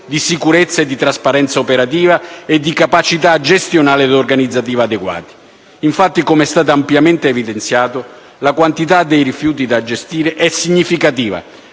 di sicurezza, di trasparenza operativa e di capacità gestionale ed organizzativa adeguati. Infatti, come è stato ampiamente evidenziato, la quantità di rifiuti da gestire è significativa.